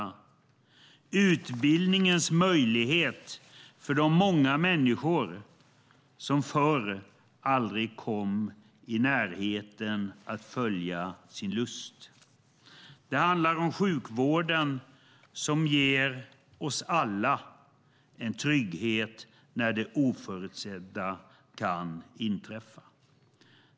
Det handlar om utbildningens möjlighet för de många människor som förr aldrig kom i närheten av att följa sin lust. Det handlar om sjukvården som ger oss alla en trygghet när det oförutsedda kan inträffa.